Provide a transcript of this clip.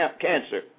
cancer